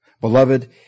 Beloved